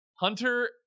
hunter